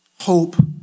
hope